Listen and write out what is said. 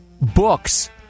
books